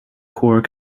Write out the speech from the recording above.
core